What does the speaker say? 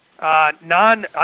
Non